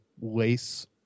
lace